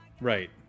Right